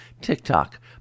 TikTok